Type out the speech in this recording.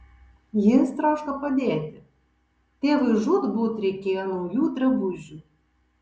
jis troško padėti tėvui žūtbūt reikėjo naujų drabužių